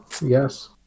Yes